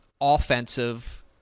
offensive